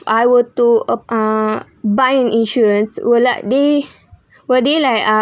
I were to ap~ ah buy in insurance would like they were they like ah